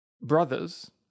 brothers